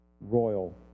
royal